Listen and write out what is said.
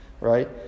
right